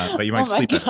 um but you might sleep